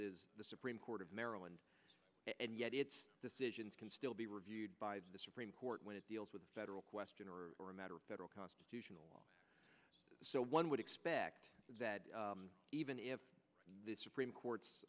is the supreme court of maryland and yet its decisions can still be reviewed by the supreme court when it deals with a federal question or a matter of federal constitutional so one would expect that even if the supreme court's